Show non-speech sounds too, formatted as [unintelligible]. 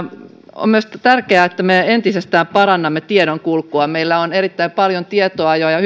on myös tärkeää että me entisestään parannamme tiedonkulkua meillä on erittäin paljon tietoa ja ja [unintelligible]